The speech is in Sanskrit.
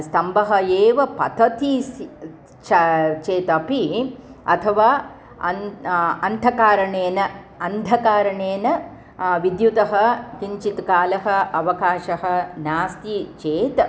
स्तम्भः एव पतति सि छ चेदपि अथवा अन् अन्धकारणेन अन्धकारणेन विद्युतः किञ्चित् कालः अवकाशः नास्ति चेत्